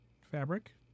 fabric